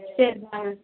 சரி வரேன்